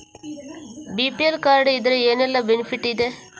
BPL card ಇದ್ರೆ ಏನೆಲ್ಲ benefit ಇದೆ?